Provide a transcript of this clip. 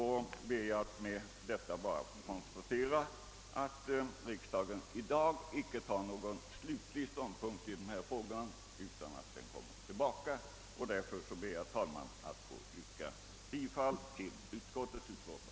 Riksdagen tar ju inte heller i dag slutlig ståndpunkt i ärendet, utan det kommer tillbaka. Därför ber jag, herr talman, att få yrka bifall till utskottets hemställan.